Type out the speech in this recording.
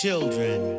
Children